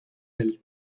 del